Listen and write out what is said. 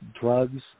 drugs